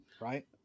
Right